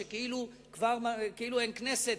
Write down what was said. כאילו כבר אין כנסת.